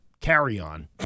carry-on